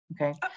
Okay